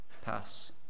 pass